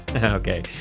Okay